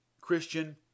Christian